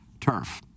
Turf